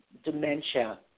dementia